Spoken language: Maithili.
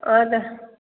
आओर